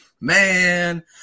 man